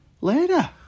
later